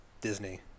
Disney